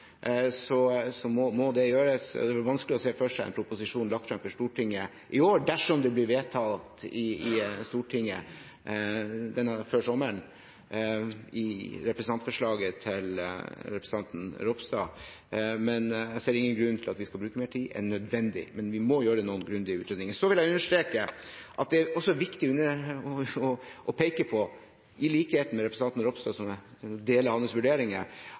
Det er vanskelig å se for seg en proposisjon lagt frem for Stortinget i år dersom representantforslaget til representanten Ropstad blir vedtatt i Stortinget før sommeren. Jeg ser ingen grunn til at vi skal bruke mer tid enn nødvendig, men vi må gjøre noen grundige utredninger. Jeg vil understreke at det også er viktig å peke på, slik representanten Ropstad gjør – jeg deler hans vurderinger